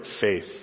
faith